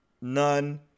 none